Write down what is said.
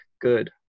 good